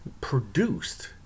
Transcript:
produced